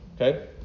okay